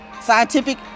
scientific